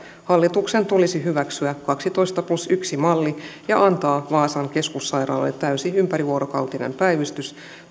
hallituksen tulisi hyväksyä kaksitoista plus yksi malli ja antaa vaasan keskussairaalalle täysi ympärivuorokautinen päivystys